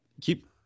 keep